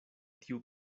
tiu